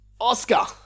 Oscar